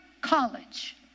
college